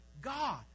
God